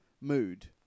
mood